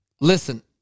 listen